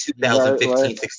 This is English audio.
2015